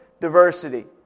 diversity